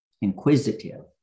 Inquisitive